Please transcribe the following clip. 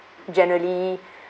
generally